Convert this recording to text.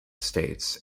states